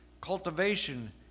Cultivation